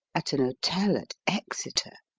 at an hotel at exeter?